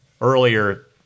earlier